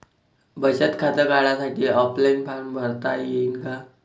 बचत खातं काढासाठी ऑफलाईन फारम भरता येईन का?